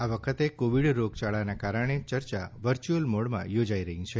આ વખતે કોવિડ રોગયાળાના કારણે યર્યા વર્યુઅલ મોડમાં યોજાશે